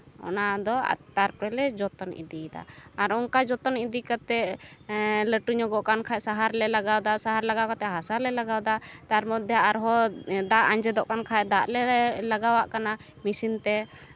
ᱚᱱᱟᱫᱚ ᱛᱟᱨᱯᱚᱨᱮ ᱞᱮ ᱡᱚᱛᱚᱱ ᱤᱫᱤᱭᱫᱟ ᱟᱨ ᱚᱱᱠᱟ ᱡᱚᱛᱚᱱ ᱤᱫᱤ ᱠᱟᱛᱮᱫ ᱞᱟᱹᱴᱩ ᱧᱚᱜᱚᱜ ᱠᱷᱟᱡ ᱥᱟᱦᱟᱨᱞᱮ ᱞᱟᱜᱟᱣᱫᱟ ᱥᱟᱦᱟᱨ ᱞᱟᱜᱟᱣ ᱠᱟᱛᱮᱫ ᱦᱟᱥᱟᱞᱮ ᱞᱟᱜᱟᱣᱫᱟ ᱛᱟᱨ ᱢᱚᱫᱽᱫᱷᱮ ᱟᱨᱦᱚᱸ ᱫᱟᱜ ᱟᱸᱡᱮᱫᱚᱜ ᱠᱟᱱ ᱠᱷᱟᱡ ᱫᱟᱜ ᱞᱮ ᱞᱟᱜᱟᱣᱟᱜ ᱠᱟᱱᱟ ᱢᱮᱥᱤᱱ ᱛᱮ